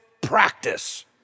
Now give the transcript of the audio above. practice